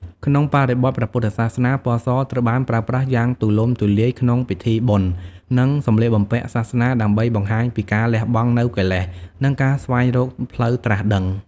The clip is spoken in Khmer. ក្នុងបរិបទព្រះពុទ្ធសាសនា ពណ៌សត្រូវបានប្រើប្រាស់យ៉ាងទូលំទូលាយក្នុងពិធីបុណ្យ និងសម្លៀកបំពាក់សាសនា ដើម្បីបង្ហាញពីការ លះបង់នូវកិលេស និងការស្វែងរកផ្លូវត្រាស់ដឹង។